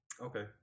Okay